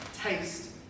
taste